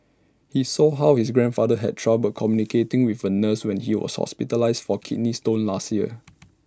he saw how his grandfather had trouble communicating with A nurse when he was hospitalised for kidney stones last year